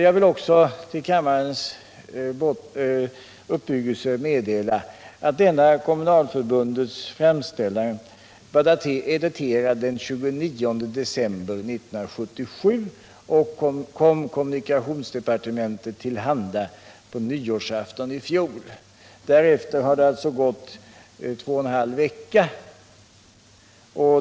Jag vill också till kammarens uppbyggelse meddela att denna Kommunalförbundets framställning är daterad den 29 december 1977 och kom kommunikationsdepartementet till handa på nyårsafton. Därefter har det alltså gått två och en halv vecka.